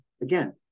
again